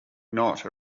not